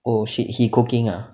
oh shit he cooking ah